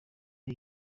ari